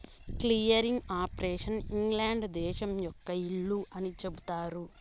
clearing operation England దేశం యొక్క ఇల్లు అని చెబుతారు